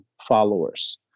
followers